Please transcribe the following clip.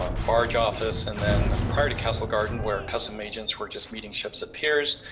ah the barge office and then prior to castle garden where custom agents were just meeting ships at piers,